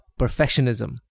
perfectionism